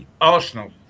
Arsenal